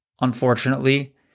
Unfortunately